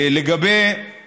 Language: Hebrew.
לגבי